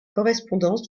correspondance